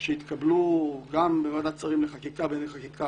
שהתקבלו גם בוועדת השרים לחקיקה בענייני חקיקה,